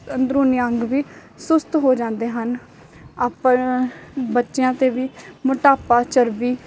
ਅੰਦਰੂਨੀ ਅੰਗ ਵੀ ਸੁਸਤ ਹੋ ਜਾਂਦੇ ਹਨ ਆਪਾਂ ਬੱਚਿਆਂ 'ਤੇ ਵੀ ਮੋਟਾਪਾ ਚਰਬੀ